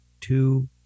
two